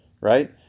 right